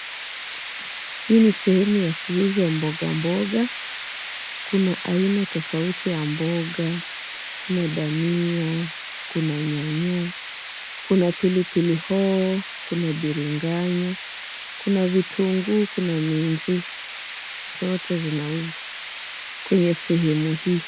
Hii ni sehemu ya kuuzwa mboga mboga ,kuna aina tofauti ya mboga ,kuna dhania, kuna nyanya ,kuna pilipili hoho ,kuna biringanya, kuna vitunguu ,kuna minji ,zote zinauzwa kwenye sehemu hii.